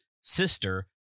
sister